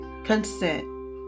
Consent